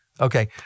Okay